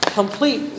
complete